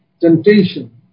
temptation